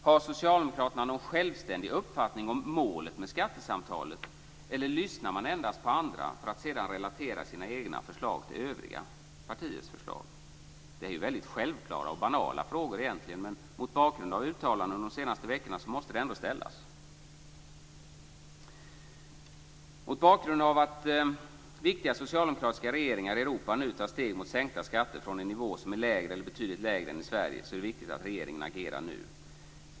Har socialdemokraterna någon självständig uppfattning om målet med skattesamtalen, eller lyssnar man endast på andra för att sedan relatera sina egna förslag till övriga partiers förslag? Detta är egentligen väldigt självklara och banala frågor, men mot bakgrund av uttalandena de senaste veckorna måste de ändå ställas. Mot bakgrund av att viktiga socialdemokratiska regeringar i Europa nu tar steg mot sänkta skatter, från en nivå som är lägre eller betydligt lägre än i Sverige, är det viktigt att regeringen agerar nu.